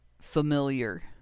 familiar